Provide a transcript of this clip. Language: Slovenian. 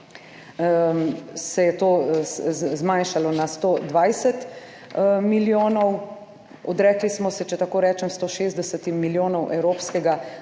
se je to zmanjšalo na 120 milijonov. Odrekli smo se, če tako rečem, 160 milijonom evropskega